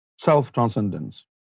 self-transcendence